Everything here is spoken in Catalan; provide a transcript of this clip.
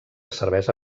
cervesa